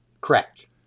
Correct